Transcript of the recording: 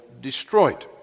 destroyed